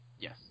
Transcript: Yes